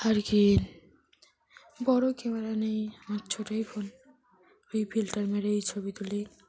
আর কি বড়ো ক্যামেরা নেই আমার ছোটই ফোন ওই ফিল্টার মেরে এই ছবি তুলি